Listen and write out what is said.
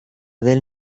del